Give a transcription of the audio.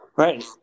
Right